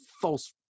false